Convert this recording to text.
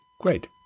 Great